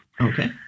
Okay